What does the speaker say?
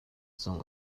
zong